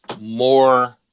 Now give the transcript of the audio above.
more